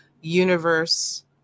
universe